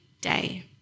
day